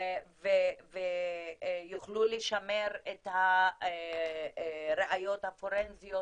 הן יוכלו לשמר את הראיות הפורנזיות,